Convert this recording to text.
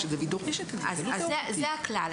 זה הכלל,